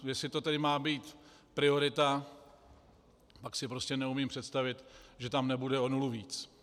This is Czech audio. Jestli to tedy má být priorita, pak si prostě neumím představit, že tam nebude o nulu víc.